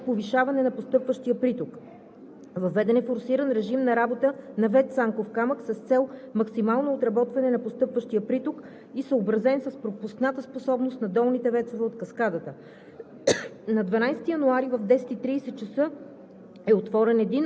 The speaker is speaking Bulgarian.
От 12,00 ч. на 11 януари 2021 г. започна повишаване на постъпващия приток. Въведен е форсиран режим на работа на ВЕЦ „Цанков камък“ с цел максимално отработване на постъпващия приток и съобразен с пропускната способност на долните ВЕЦ-ове от каскадата.